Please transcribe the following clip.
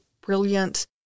brilliant